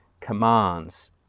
commands